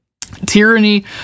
Tyranny